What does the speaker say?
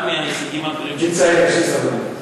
אחד מההישגים הגדולים, אני צעיר, יש לי סבלנות.